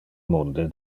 munde